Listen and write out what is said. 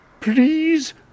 please